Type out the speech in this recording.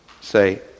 Say